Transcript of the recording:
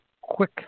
quick